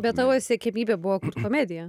bet tavo siekiamybė buvo komedija